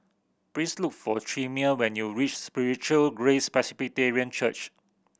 please look for Chimere when you reach Spiritual Grace Presbyterian Church